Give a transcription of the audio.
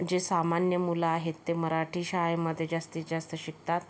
जे सामान्य मुलं आहेत ते मराठी शाळेमध्ये जास्तीत जास्त शिकतात